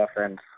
offense